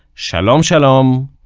shalom shalom,